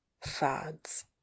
fads